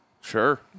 Sure